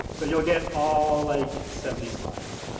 so you'll get all like seventy slides.